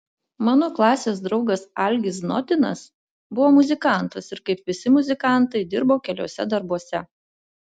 mano klasės draugas algis znotinas buvo muzikantas ir kaip visi muzikantai dirbo keliuose darbuose